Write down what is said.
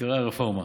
עיקרי הרפורמה: